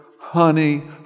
honey